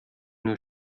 nur